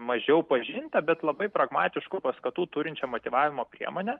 mažiau pažintą bet labai pragmatiškų paskatų turinčią motyvavimo priemonę